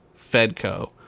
Fedco